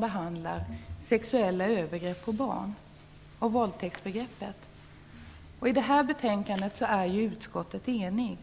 gäller sexuella övergrepp på barn och våldtäktsbegreppet. Utskottet är enigt om sitt betänkande.